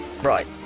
Right